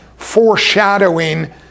foreshadowing